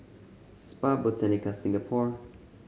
Spa Botanica Singapore